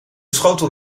schotel